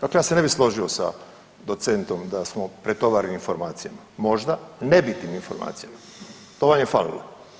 Dakle ja se ne bi složio sa docentom da smo pretovareni informacijama, možda nebitnim informacijama to vam je falilo.